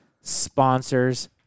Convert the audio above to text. sponsors